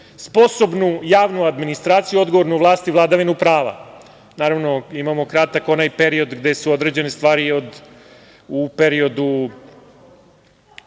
sposobnu javnu administraciju, odgovornu vlast i vladavinu prava. Naravno, imamo onaj kratki period gde su određene stvari u periodu